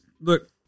look